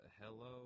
hello